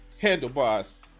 handlebars